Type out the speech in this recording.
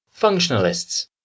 Functionalists